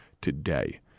today